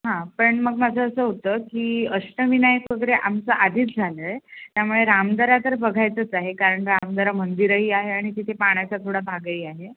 हां पण मग माझं असं होतं की अष्टविनायक वगैरे आमचं आधीच झालं आहे त्यामुळे रामदरा तर बघायचंच आहे कारण रामदरा मंदिरही आहे आणि तिथे पाण्याचा थोडा भागही आहे